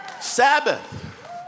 sabbath